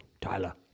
Tyler